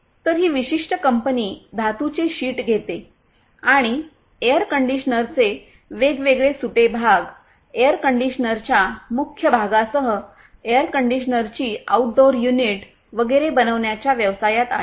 तर ही विशिष्ट कंपनी धातूचे शीट घेते आणि एअर कंडिशनर्सचे वेगवेगळे सुटे भाग एअर कंडिशनर्सच्या मुख्य भागासह एअर कंडिशनर्सची आउट डोअर युनिट वगैरे बनवण्याच्या व्यवसायात आहे